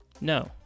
no